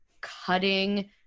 cutting